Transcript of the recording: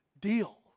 deal